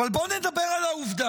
אבל בואו נדבר על העובדה